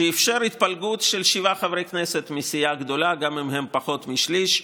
הוא אפשר התפלגות של שבעה חברי כנסת מסיעה גדולה גם אם הם פחות משליש.